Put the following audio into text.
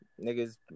niggas